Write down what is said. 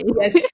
yes